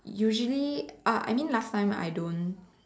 usually uh I mean last time I don't